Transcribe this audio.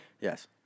Yes